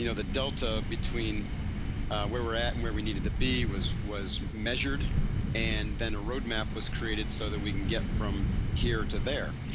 you know the delta between where we're at and where we needed to be was was measured and then a road map was created so that we can get from here to there.